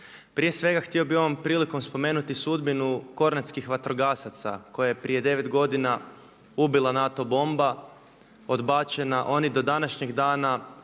Prije svega htio bi ovom prilikom spomenuti sudbinu kornatskih vatrogasaca koja je prije devet godina ubila NATO bomba odbačena, oni do današnjeg dana